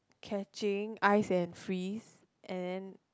catching ice and freeze and then